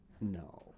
No